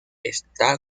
está